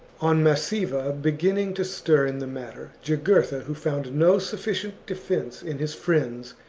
on massiva beginning to stir in the matter, jugurtha, who found no sufficient defence in his friends,